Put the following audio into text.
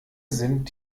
sind